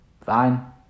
Fine